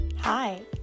Hi